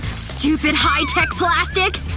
stupid high-tech plastic.